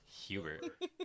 Hubert